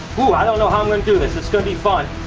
oh, i don't know how i'm gonna do this, it's gonna be fun.